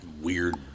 weird